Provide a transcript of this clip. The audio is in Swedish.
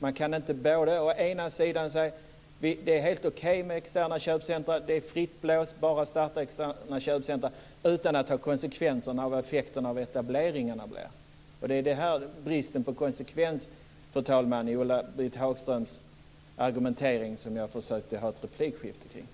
Man kan inte säga att det är helt okej med externa köpcentrum och att man fritt kan starta sådana utan att man tar konsekvenserna av effekterna av etableringarna. Det är bristen på konsekvens, fru talman, i Ulla Britt Hagströms argumentering som jag försökte ha ett replikskifte kring.